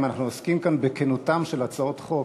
אם אנחנו עוסקים כאן בכנותן של הצעות חוק,